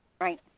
Right